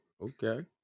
okay